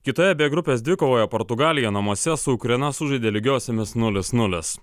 kitoje bė grupės dvikovoje portugalija namuose su ukraina sužaidė lygiosiomis nulis nulis